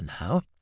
now